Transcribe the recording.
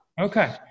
Okay